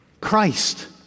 Christ